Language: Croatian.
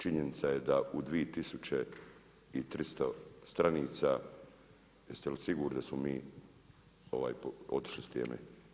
Činjenica je da u 2300 stranica, jeste li sigurni da smo mi otišli s teme?